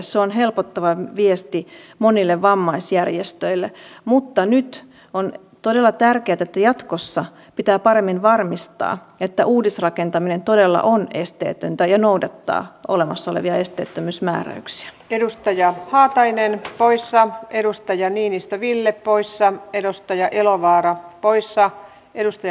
se on helpottava viesti monille vammaisjärjestöille mutta nyt on todella tärkeätä ja jatkossa pitää paremmin varmistaa että uudisrakentaminen todella on esteetöntä ja noudattaa olemassa olevia esteettömyysmääräyksiä edustaja haatainen porissa edustaja niinistö ville poissa edustaja elovaara poissa edusti